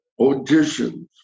auditions